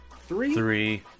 three